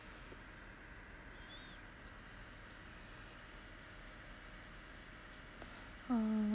uh